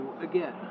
again